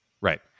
right